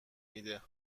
میده